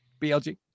BLG